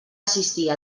assistir